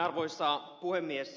arvoisa puhemies